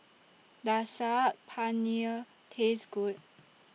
Does Saag Paneer Taste Good